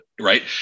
right